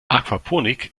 aquaponik